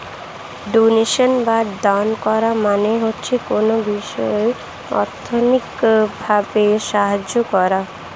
donation বা দান করা মানে হচ্ছে কোনো বিষয়ে অর্থনৈতিক ভাবে সাহায্য করা